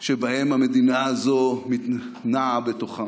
שהמדינה הזו נעה בתוכם,